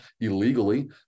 illegally